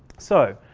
so